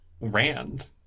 Rand